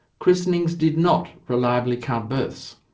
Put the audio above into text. christenings did not reliably count births.